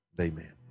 Amen